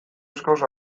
askoz